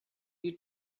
you